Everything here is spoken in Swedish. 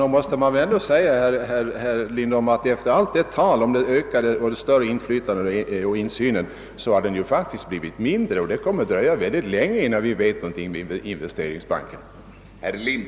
Nog måste man säga, herr Lindholm, att efter allt tal om större insyn har denna faktiskt blivit mindre, och det kommer att dröja väldigt länge innan vi vet någonting om bankens verksamhet.